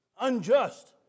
unjust